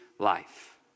life